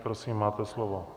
Prosím, máte slovo.